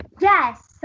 yes